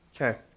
Okay